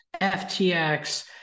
FTX